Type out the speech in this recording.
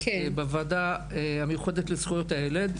בוועדה המיוחדת לזכויות הילד,